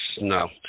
no